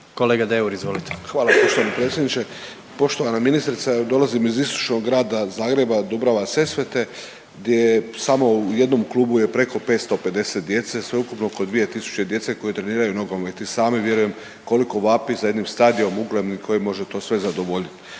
**Deur, Ante (HDZ)** Hvala poštovani predsjedniče. Poštovana ministrice, dolazim iz istočnog grada Zagreba Dubrava-Sesvete gdje je samo u jednom klubu je preko 550 djece, sveukupno oko 2000 tisuće djece koji treniraju nogomet. I sami, vjerujem koliko vapi za jednim stadionom uglednim koji može to sve zadovoljiti,